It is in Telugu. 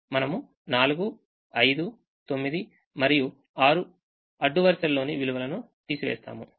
మనము 4 5 9 మరియు 6అడ్డు వరుసలు లోని విలువలు తీసివేస్తాము